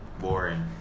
boring